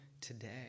today